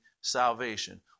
salvation